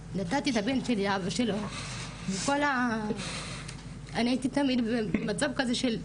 נתתי את הבן שלי לאבא שלו וכל ה- אני הייתי תמיד במצב כזה של,